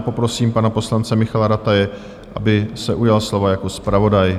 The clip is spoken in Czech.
Poprosím pana poslance Michaela Rataje, aby se ujal slova jako zpravodaj.